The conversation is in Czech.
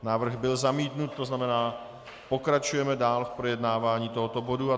Návrh byl zamítnut, to znamená pokračujeme dál v projednávání tohoto bodu.